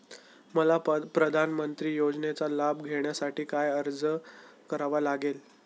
मला प्रधानमंत्री योजनेचा लाभ घेण्यासाठी काय अर्ज करावा लागेल?